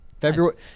February